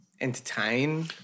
entertain